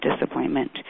disappointment